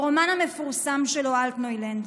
ברומן המפורסם שלו "אלטנוילנד".